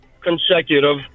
consecutive